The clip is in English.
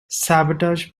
sabotage